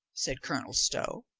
said colonel stow,